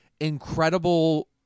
incredible